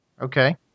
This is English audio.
Okay